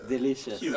Delicious